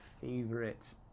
favorite